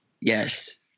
Yes